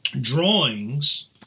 drawings